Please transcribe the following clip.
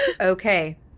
Okay